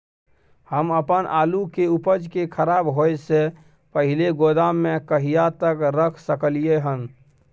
हम अपन आलू के उपज के खराब होय से पहिले गोदाम में कहिया तक रख सकलियै हन?